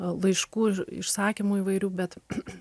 laiškų išsakymų įvairių bet